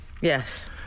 Yes